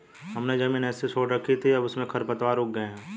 हमने ज़मीन ऐसे ही छोड़ रखी थी, अब उसमें खरपतवार उग गए हैं